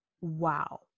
Wow